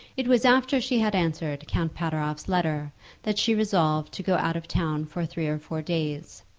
it was after she had answered count pateroff's letter that she resolved to go out of town for three or four days.